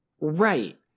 Right